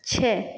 छः